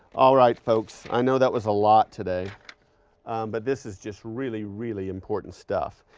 all right, folks, i know that was a lot today but this is just really, really important stuff.